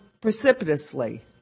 precipitously